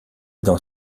dans